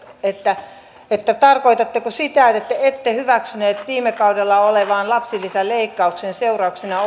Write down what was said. tarkoitatteko sitä että ette hyväksyneet viime kaudella olleen lapsilisäleikkauksen seurauksena